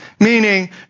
Meaning